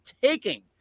taking